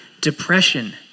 depression